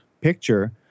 picture